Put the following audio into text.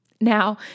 Now